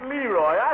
Leroy